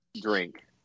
drink